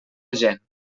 gent